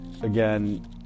again